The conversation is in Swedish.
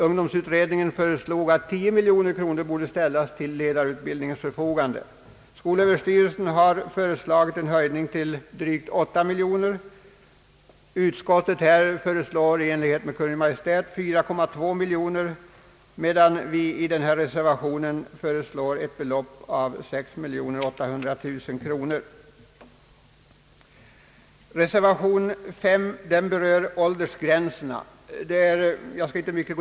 Ungdomsutredningen föreslog att 10 miljoner kronor skulle ställas till förfogande för ledarutbildning. Skolöverstyrelsen har föreslagit att nuvarande anslag höjs till drygt 8 miljoner kronor. Utskottet föreslår liksom Kungl. Maj:t 4,2 miljoner kronor, medan vi i Reservation 5 berör åldersgränserna.